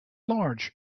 large